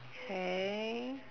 okay